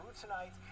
tonight